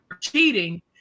cheating